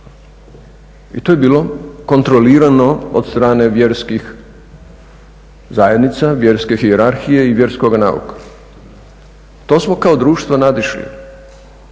I to je bilo kontrolirano od strane vjerskih zajednica, vjerske hijerarhije i vjerskoga nauka. To smo kao društvo nadišli.